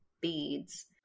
beads